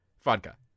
vodka